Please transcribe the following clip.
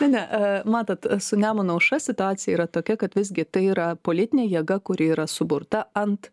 na ne matot su nemuno aušra situacija yra tokia kad visgi tai yra politinė jėga kuri yra suburta ant